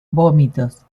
vómitos